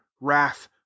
wrath